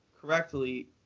correctly